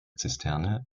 zisterne